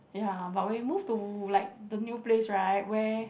ya but when we move to like the new place right where